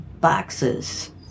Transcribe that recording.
boxes